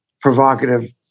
provocative